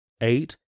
eight